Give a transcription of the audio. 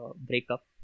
breakup